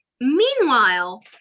meanwhile